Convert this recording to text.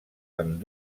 amb